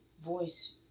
voice